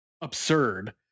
absurd